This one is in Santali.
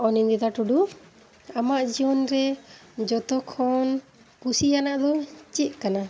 ᱚᱱᱤᱱᱫᱤᱛᱟ ᱴᱩᱰᱩ ᱟᱢᱟᱜ ᱡᱤᱭᱚᱱ ᱨᱮ ᱡᱚᱛᱚᱠᱷᱚᱱ ᱠᱩᱥᱤᱭᱟᱱᱟᱜ ᱫᱚ ᱪᱮᱫ ᱠᱟᱱᱟ